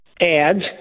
ads